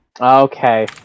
Okay